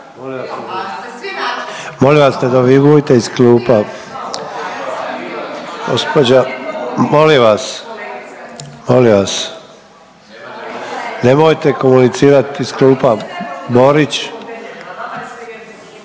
Molim vas ne dovikujte iz klupa. Gospođa, molim vas, molim vas, nemojte komunicirati iz klupa. Borić.